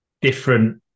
different